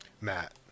Matt